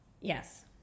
yes